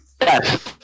Yes